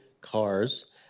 cars